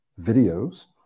videos